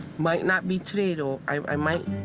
might not be today, though. i might.